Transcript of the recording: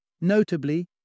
Notably